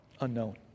unknown